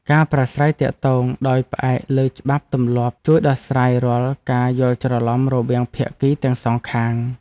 ការប្រាស្រ័យទាក់ទងដោយផ្អែកលើច្បាប់ទម្លាប់ជួយដោះស្រាយរាល់ការយល់ច្រឡំរវាងភាគីទាំងសងខាង។